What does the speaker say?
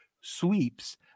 sweeps